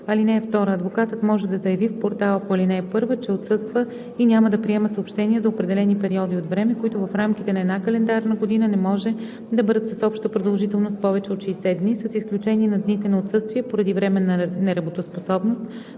служба. (2) Адвокатът може да заяви в портала по ал. 1, че отсъства и няма да приема съобщения за определени периоди от време, които в рамките на една календарна година не може да бъдат с обща продължителност повече от 60 дни, с изключение на дните на отсъствие поради временна неработоспособност,